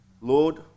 Lord